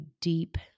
deep